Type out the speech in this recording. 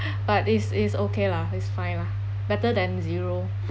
but is is okay lah is fine lah better than zero